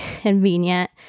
convenient